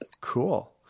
Cool